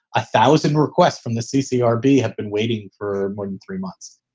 a thousand requests from the ccr b have been waiting for more than three months